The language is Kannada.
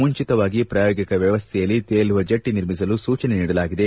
ಮುಂಚಿತವಾಗಿ ಪ್ರಾಯೋಗಿಕ ವ್ಯವಸ್ಥೆಯಲ್ಲಿ ತೇಲುವ ಜೆಟ್ಟಿ ನಿರ್ಮಿಸಲು ಸೂಚನೆ ನೀಡಲಾಗಿದೆ